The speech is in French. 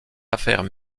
affaires